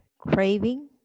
craving